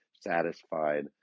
satisfied